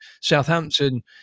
Southampton